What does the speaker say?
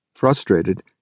Frustrated